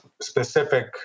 specific